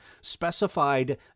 specified